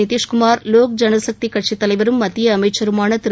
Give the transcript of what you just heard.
நிதிஷ்குமார் லோக் ஜனசக்தி கட்சித் தலைவரும் மத்திய அமைச்சருமான திரு